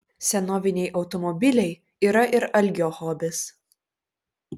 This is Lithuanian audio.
senoviniai automobiliai yra ir algio hobis